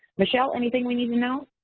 michelle, anything we need to know?